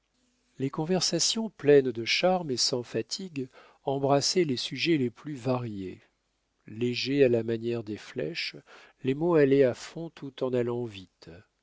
les conversations pleines de charmes et sans fatigue embrassaient les sujets les plus variés légers à la manière des flèches les mots allaient à fond tout en allant vite